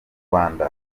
rwanda